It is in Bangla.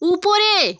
উপরে